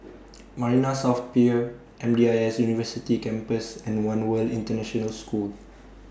Marina South Pier M D I S University Campus and one World International School